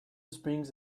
springs